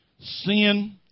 Sin